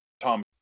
Tom